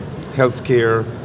healthcare